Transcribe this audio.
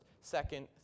second